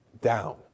down